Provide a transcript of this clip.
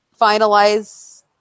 finalize